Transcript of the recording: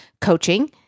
coaching